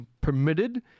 permitted